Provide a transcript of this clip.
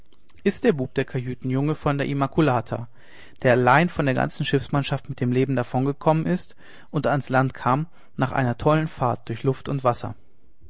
ist der bub der kajütenjunge von der immacolata der allein von der ganzen schiffsmannschaft mit dem leben davongekommen ist und ans land kam nach einer tollen fahrt durch luft und wasser